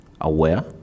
aware